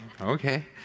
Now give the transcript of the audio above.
okay